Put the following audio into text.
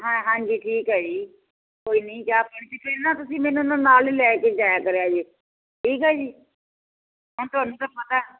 ਹਾਂ ਹਾਂਜੀ ਠੀਕ ਹੈ ਜੀ ਕੋਈ ਨਹੀਂ ਪਹਿਲਾਂ ਤੁਸੀਂ ਮੈਨੂੰ ਨਾਲ ਲੈ ਕੇ ਜਾਇਆ ਕਰਿਆ ਜੇ ਠੀਕ ਆ ਜੀ ਮੈਂ ਤੁਹਾਨੂੰ ਤਾਂ ਪਤਾ